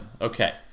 Okay